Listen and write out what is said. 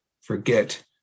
forget